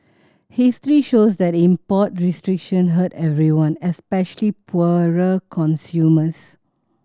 history shows that import restriction hurt everyone especially poorer consumers